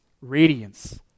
radiance